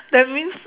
that means